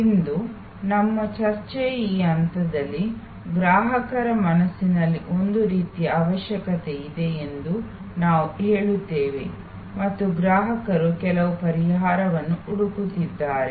ಇಂದು ನಮ್ಮ ಚರ್ಚೆಯ ಈ ಹಂತದಲ್ಲಿ ಗ್ರಾಹಕರ ಮನಸ್ಸಿನಲ್ಲಿ ಒಂದು ರೀತಿಯ ಅವಶ್ಯಕತೆ ಇದೆ ಎಂದು ನಾವು ಹೇಳುತ್ತೇವೆ ಮತ್ತು ಗ್ರಾಹಕರು ಕೆಲವು ಪರಿಹಾರವನ್ನು ಹುಡುಕುತ್ತಿದ್ದಾರೆ